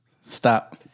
Stop